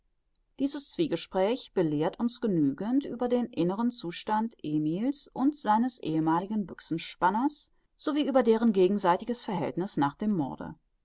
dieses zwiegespräch belehrt uns genügend über den inneren zustand emil's und seines ehemaligen büchsenspanners so wie über deren gegenseitiges verhältniß nach dem morde